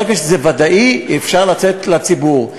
ברגע שזה ודאִי, אפשר לצאת לציבור.